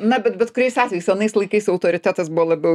na bet bet kuriais atvejais anais laikais autoritetas buvo labiau